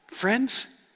Friends